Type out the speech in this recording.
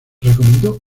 recomendó